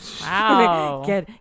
Wow